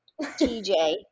tj